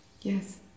yes